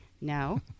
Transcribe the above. No